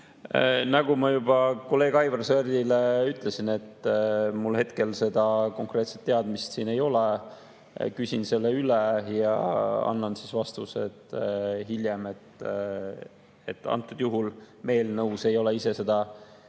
Nagu ma juba kolleeg Aivar Sõerdile ütlesin, mul hetkel seda konkreetset teadmist ei ole. Küsin selle üle ja annan vastuse hiljem. Antud juhul me eelnõus ei ole seda